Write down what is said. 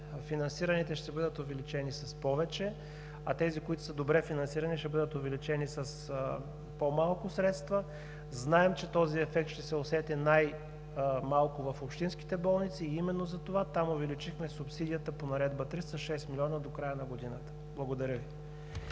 финансираните ще бъдат увеличени с повече, а тези, които са добре финансирани, ще бъдат увеличени с по-малко средства. Знаем, че този ефект ще се усети най-малко в общинските болници и именно затова там увеличихме субсидията по Наредба № 3 с 6 млн. лв. до края на годината. Благодаря Ви.